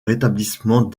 rétablissement